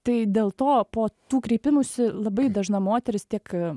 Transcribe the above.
tai dėl to po tų kreipimųsi labai dažna moteris tiek